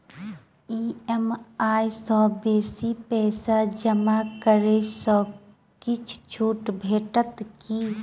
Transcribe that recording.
EMI सँ बेसी पैसा जमा करै सँ किछ छुट भेटत की?